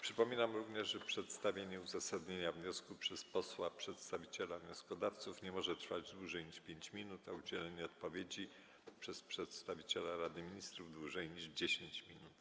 Przypominam również, że przedstawienie uzasadnienia wniosku przez posła przedstawiciela wnioskodawców nie może trwać dłużej niż 5 minut, a udzielenie odpowiedzi przez przedstawiciela Rady Ministrów - dłużej niż 10 minut.